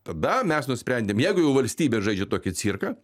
tada mes nusprendėm jeigu jau valstybė žaidžia tokį cirką